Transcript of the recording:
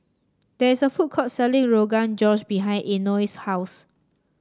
there is a food court selling Rogan Josh behind Eino's house